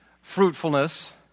fruitfulness